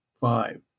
five